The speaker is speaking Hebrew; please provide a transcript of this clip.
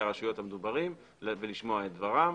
הרשויות המדוברים ולשמוע את דבריהם,